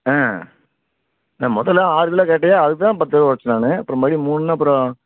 ஆ முதலில் ஆறு கிலோ கேட்டிக அதுக்குத்தான் பத்து ரூபா குறைச்சேன் நான் இப்போ மறுபடியும் மூணுனால் அப்புறம்